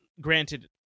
Granted